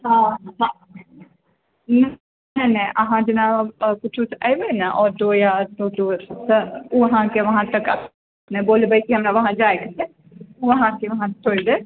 हँ न्हिन्हि अहाँ जेना किछुसँ एबै ने ऑटो या टोटोसँ ओ अहाँकेँ वहाँ तक अपने बोलबै की हमरा वहाँ जाइके छै वहाँके वहाँ छोड़ि देत